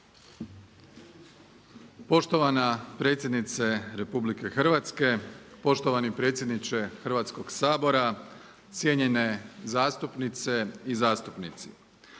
Poštovana predsjednice Republike Hrvatske, poštovani predsjedniče Hrvatskog sabora, cijenjene zastupnice i zastupnici.